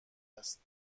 است